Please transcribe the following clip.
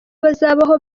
bazabaho